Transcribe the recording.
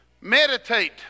Meditate